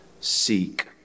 seek